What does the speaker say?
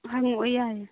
ꯍꯪꯉꯛꯑꯣ ꯌꯥꯏꯌꯦ